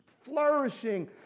flourishing